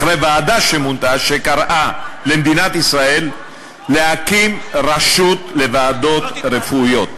אחרי שמונתה ועדה אשר קראה למדינת ישראל להקים רשות לוועדות רפואיות